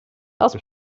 aus